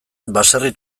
baserri